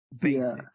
basic